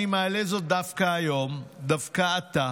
אני מעלה זאת דווקא היום, דווקא עתה,